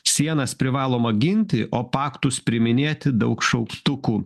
sienas privaloma ginti o paktus priiminėti daug šauktukų